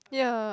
ya